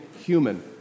human